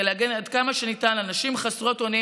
להגן עד כמה שניתן על נשים חסרות אונים